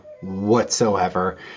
whatsoever